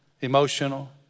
emotional